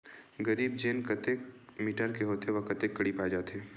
जरीब चेन कतेक मीटर के होथे व कतेक कडी पाए जाथे?